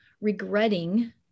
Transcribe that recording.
regretting